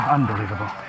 Unbelievable